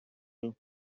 queue